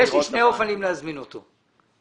יש לי שני אופנים להזמין אותו,